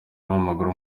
w’amaguru